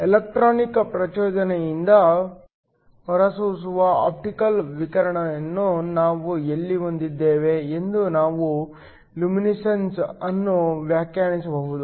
electronic ಪ್ರಚೋದನೆಯಿಂದ ಹೊರಸೂಸುವ optical ವಿಕಿರಣವನ್ನು ನಾವು ಎಲ್ಲಿ ಹೊಂದಿದ್ದೇವೆ ಎಂದು ನಾವು ಲುಮಿನೆಸೆನ್ಸ್ ಅನ್ನು ವ್ಯಾಖ್ಯಾನಿಸಬಹುದು